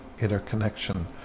interconnection